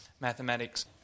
mathematics